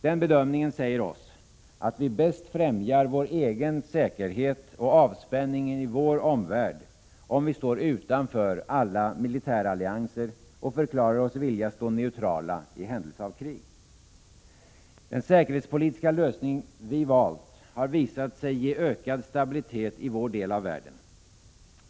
Den bedömningen säger oss, att vi bäst främjar vår egen säkerhet och avspänning i vår omvärld, om vi står utanför alla militärallianser och förklarar oss vilja stå neutrala i händelse av krig. Den säkerhetspolitiska lösning vi valt har visat sig ge ökad stabilitet i vår del av världen.